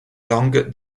langue